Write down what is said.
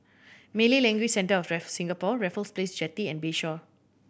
Malay Language Centre of Singapore Raffles Place Jetty and Bayshore